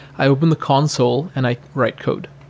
i open the console and i write code.